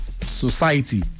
society